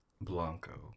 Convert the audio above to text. Blanco